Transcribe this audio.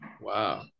Wow